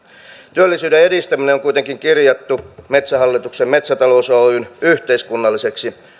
työllisyyden edistäminen on on kuitenkin kirjattu metsähallituksen metsätalous oyn yhteiskunnalliseksi